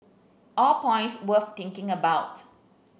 all points worth thinking about